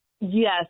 Yes